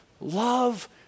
love